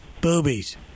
Boobies